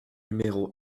numéro